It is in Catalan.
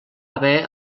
haver